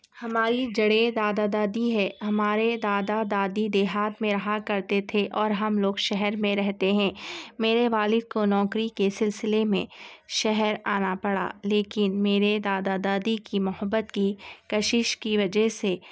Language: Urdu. ہماری جڑیں دادا دادی ہیں ہمارے دادا دادی دیہات میں رہا کرتے تھے اور ہم لوگ شہر میں رہتے ہیں میرے والد کو نوکری کے سلسلے میں شہر آنا پڑا لیکن میرے دادا دادی کی محبت کی کشش کی وجہ سے